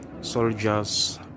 Soldiers